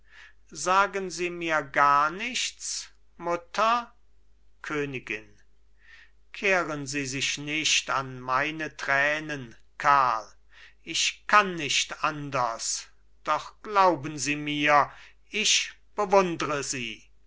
sagen sie mir gar nichts mutter königin kehren sie sich nicht an meine tränen karl ich kann nicht anders doch glauben sie mir ich bewundre sie